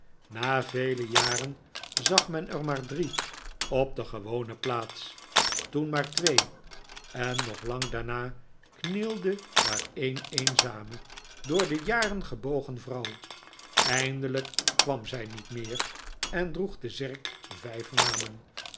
na vele jaren zag men er maar arie op de gewone plaats toen maar twee en nog lang daarna knielde daar een eenzame door de jaren gebogen vrouw eindedjk kwam zij niet meer en droeg de zerk vijf namen